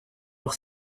leur